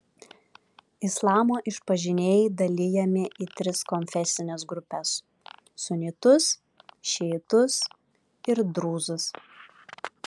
islamo išpažinėjai dalijami į tris konfesines grupes sunitus šiitus ir drūzus